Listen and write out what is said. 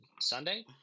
Sunday